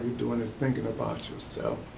doing is thinking about yourself.